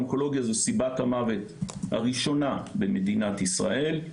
אונקולוגיה זו סיבת המוות הראשונה במדינת ישראל,